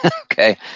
Okay